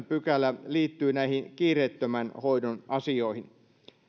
pykälä liittyy kiireettömän hoidon asioihin